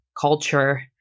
culture